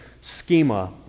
schema